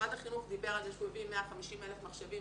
משרד החינוך דיבר על זה שהוא הביא 150,000 מחשבים,